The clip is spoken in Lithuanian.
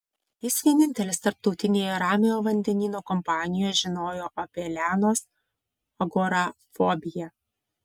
jis vienintelis tarptautinėje ramiojo vandenyno kompanijoje žinojo apie lianos agorafobiją